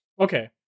okay